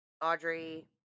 Audrey